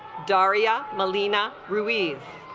daria melina ruiz